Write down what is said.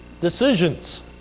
decisions